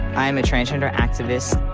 i am a transgender activist.